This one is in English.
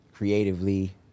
Creatively